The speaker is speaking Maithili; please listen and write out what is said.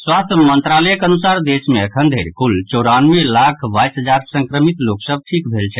स्वास्थ्य मंत्रालयक अनुसार देश मे अखन धरि कुल चौरानवे लाख बाईस हजार संक्रमित लोक सभ ठीक भेल अछि